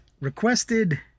requested